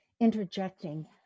interjecting